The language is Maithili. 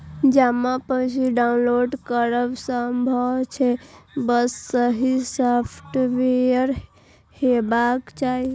जमा पर्ची डॉउनलोड करब संभव छै, बस सही सॉफ्टवेयर हेबाक चाही